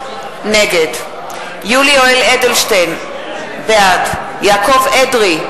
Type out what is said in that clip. נגד יולי יואל אדלשטיין, בעד יעקב אדרי,